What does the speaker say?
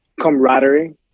camaraderie